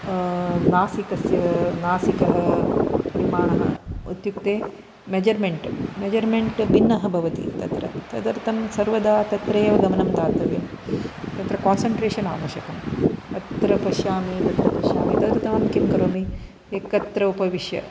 नासिकस्य नासिकः परिमाणः इत्युक्ते मेजर्मेण्ट् मेजर्मेण्ट् भिन्नः भवति तत्र तदर्थं सर्वदा तत्रैव गमनं दातव्यं तत्र कानसन्ट्रेषन् आवश्यकं अत्र पश्यामि तत्र पश्यामि तदर्थमहं किं करोमि एकत्र उपविश्य